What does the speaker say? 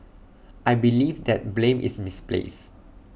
I believe that blame is misplaced